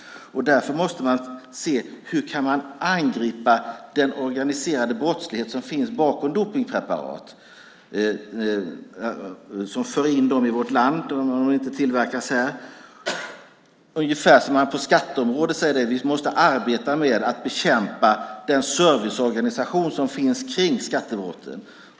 Därför måste man se hur man kan angripa den organiserade brottslighet som finns bakom dopningspreparat, alltså de personer som för in preparaten i vårt land om de inte tillverkas här. Det är ungefär som att man på skatteområdet säger att man måste arbeta med att bekämpa den serviceorganisation som finns kring skattebrotten.